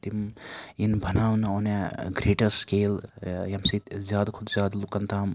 تِم یِن بَناونہٕ آن اےٚ گریٹَر سکیل ییٚمہِ سۭتۍ زیادٕ کھۄتہٕ زیادٕ لُکَن تام